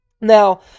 Now